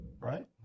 right